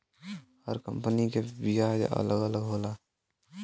हर company के बियाज दर अलग अलग होला